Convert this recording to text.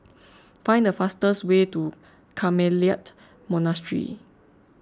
find the fastest way to Carmelite Monastery